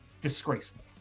Disgraceful